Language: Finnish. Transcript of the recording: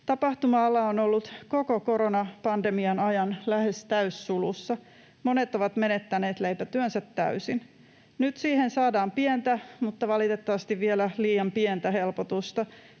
Tapahtuma-ala on ollut koko koronapandemian ajan lähes täyssulussa. Monet ovat menettäneet leipätyönsä täysin. Nyt siihen saadaan pientä, mutta valitettavasti vielä liian pientä helpotusta,